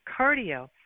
cardio